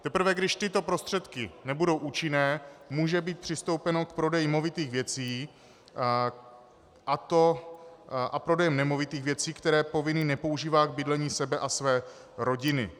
Teprve když tyto prostředky nebudou účinné, může být přistoupeno k prodeji movitých věcí a prodeji nemovitých věcí, které povinný nepoužívá k bydlení sebe a své rodiny.